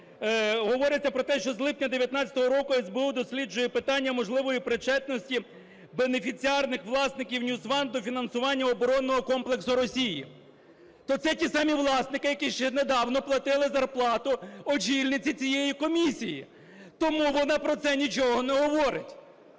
говориться про те, що з липня 19-го року СБУ досліджує питання можливої причетності бенефіціарних власників NewsОne до фінансування оборонного комплексу Росії. То це ті самі власники, які ще недавно платили зарплату очільниці цієї комісії. Тому вона про це нічого не говорить.